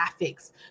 graphics